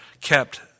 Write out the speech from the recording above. kept